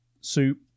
soup